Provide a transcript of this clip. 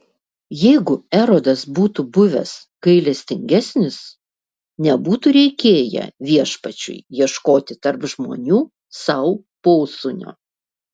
jeigu erodas būtų buvęs gailestingesnis nebūtų reikėję viešpačiui ieškoti tarp žmonių sau posūnio